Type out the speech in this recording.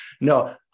No